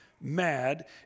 mad